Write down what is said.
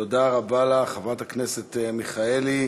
תודה רבה לך, חברת הכנסת מיכאלי.